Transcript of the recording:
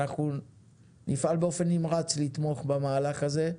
אנחנו נפעל באופן נמרץ לתמוך במהלך הזה,